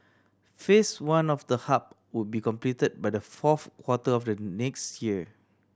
Phase One of the hub will be completed by the fourth quarter of the next year